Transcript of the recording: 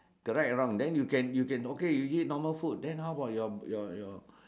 correct or wrong then you can you can okay you eat normal food then how about your about your